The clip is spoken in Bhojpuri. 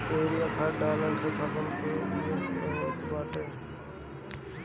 यूरिया खाद डालला से फसल निक होत बाटे